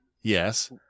Yes